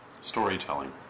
storytelling